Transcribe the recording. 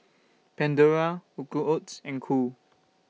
Pandora Quaker Oats and Cool